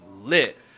lit